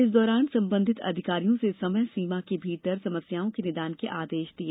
इस दौरान संबंधित अधिकारियों से समयसीमा के भीतर समस्याओं के निदान के आदेश दिए